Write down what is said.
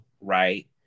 right